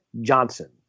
Johnson